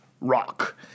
rock